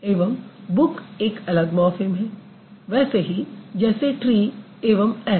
एवं बुक एक अलग मॉर्फ़िम है वैसे ही जैसे ट्री एवं एस